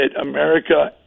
America